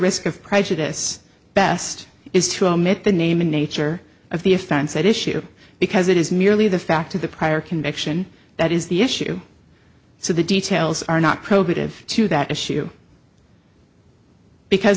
risk of prejudice best is to omit the name in nature of the offense at issue because it is merely the fact of the prior conviction that is the issue so the details are not probative to that issue because